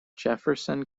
jefferson